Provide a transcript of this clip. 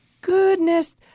Goodness